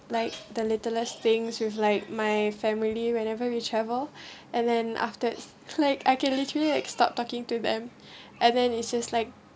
like the littlest things with like my family whenever we travel and then after it's like I can literally stop talking to them and then it's just like